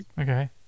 Okay